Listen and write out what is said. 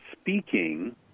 speaking